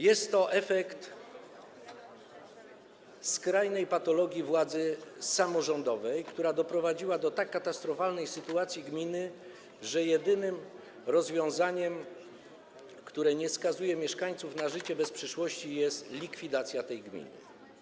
Jest to efekt skrajnej patologii władzy samorządowej, która doprowadziła do tak katastrofalnej sytuacji gminy, że jedynym rozwiązaniem, które nie skazuje mieszkańców na życie bez przyszłości, jest likwidacja tej gminy.